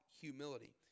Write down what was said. humility